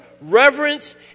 reverence